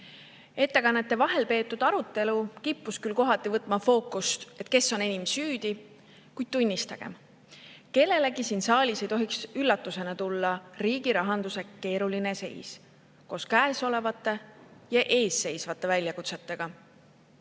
Ettekannete vahel peetud arutelu kippus küll kohati võtma fookust, et kes on enim süüdi, kuid tunnistagem, kellelegi siin saalis ei tohiks üllatusena tulla riigi rahanduse keeruline seis koos käesolevate ja eesseisvate väljakutsetega.